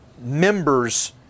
members